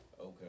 Okay